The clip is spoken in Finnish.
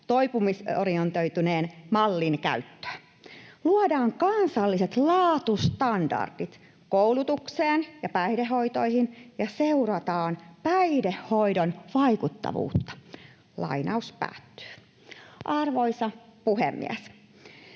toipumisorientoituneen mallin käyttöä. Luodaan kansalliset laatustandardit koulutukseen ja päihdehoitoihin ja seurataan päihdehoidon vaikuttavuutta.” Arvoisa puhemies!